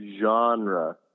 genre